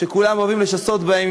שכולם אוהבים לשסות בהם,